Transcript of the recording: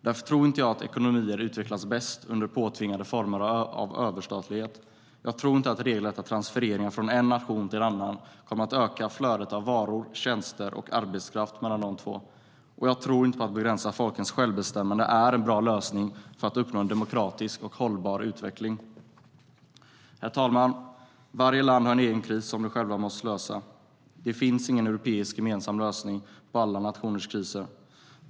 Jag tror inte att ekonomier utvecklas bäst under påtvingade former av överstatlighet. Jag tror inte att regelrätta transfereringar från en nation till en annan kommer att öka flödet av varor, tjänster och arbetskraft mellan de två. Jag tror inte heller på att en begränsning av folkens självbestämmande är en bra lösning för att uppnå en demokratisk och hållbar utveckling. Herr talman! Varje land har en egen kris som de själva måste lösa. Det finns ingen europeisk gemensam lösning på alla nationers kriser.